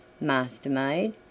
Mastermaid